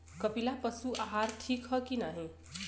कपिला पशु आहार ठीक ह कि नाही?